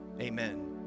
Amen